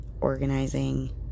organizing